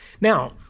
Now